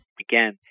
again